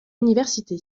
université